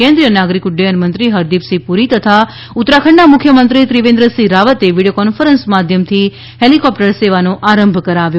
કેન્દ્રીય નાગરિક ઉડ્ડયન મંત્રી હરદીપસિંહ પુરી તથા ઉત્તરાખંડના મુખ્યમંત્રી ત્રિવેન્દ્રસિંહ રાવતે વીડિયો કોન્ફરન્સ માધ્યમથી હેલિકોપ્ટર સેવાનો આરંભ કરાવ્યો